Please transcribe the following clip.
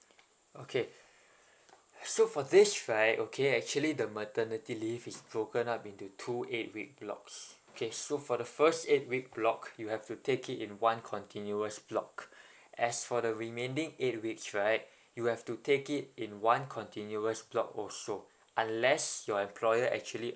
okay so for this right okay actually the maternity leave is broken up into two eight week blocks okay so for the first eight week block you have to take it in one continuous block as for the remaining eight weeks right you have to take it in one continuous block also unless your employer actually